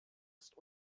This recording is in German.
ist